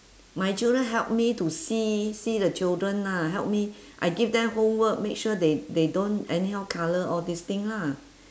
my children help me to see see the children ah help me I give them homework make sure they they don't anyhow colour all this thing lah